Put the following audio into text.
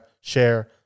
share